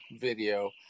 video